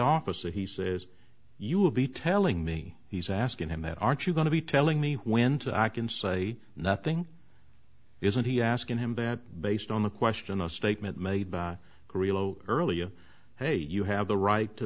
officer he says you will be telling me he's asking him that aren't you going to be telling me when i can say nothing isn't he asking him that based on a question a statement made by carrillo earlier hey you have the right to